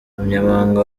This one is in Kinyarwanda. umunyamabanga